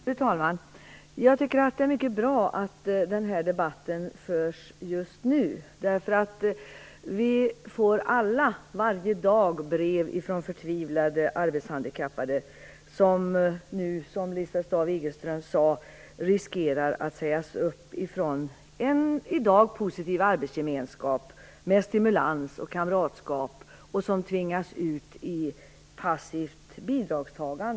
Fru talman! Jag tycker att det är mycket bra att den här debatten förs just nu. Vi får alla varje dag brev från förtvivlade arbetshandikappade som, precis som Lisbeth Staaf-Igelström sade, riskerar att sägas upp. De förlorar en i dag positiv arbetsgemenskap med stimulans och kamratskap, och de tvingas till passivt bidragstagande.